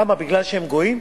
למה, בגלל שהם גויים?